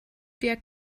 dir